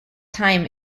time